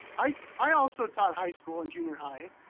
i i also taught high school and junior high,